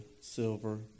silver